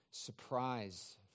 surprise